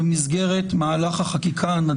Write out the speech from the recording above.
שזה חלק מהאמירות של חוקי-יסוד: החקיקה,